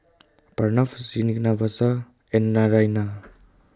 Pranav Srinivasa and Naraina